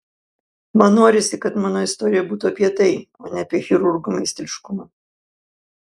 man norisi kad mano istorija būtų apie tai o ne apie chirurgo meistriškumą